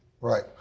Right